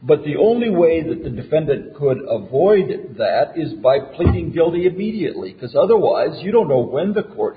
but the only way that the defendant could of oid that is by pleading guilty of mediately because otherwise you don't know when the court